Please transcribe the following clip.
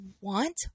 want